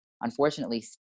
unfortunately